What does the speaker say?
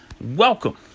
Welcome